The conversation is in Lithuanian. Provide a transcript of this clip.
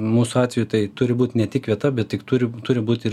mūsų atveju tai turi būt ne tik vieta bet tik turi turi būt ir